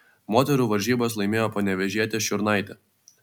moterų varžybas laimėjo panevėžietė šiurnaitė